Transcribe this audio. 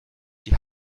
die